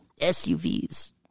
SUVs